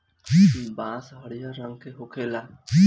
बांस हरियर रंग के होखेला